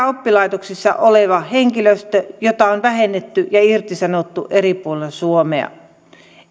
oppilaitoksissa oleva henkilöstö jota on vähennetty ja irtisanottu eri puolilla suomea